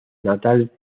natal